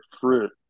fruit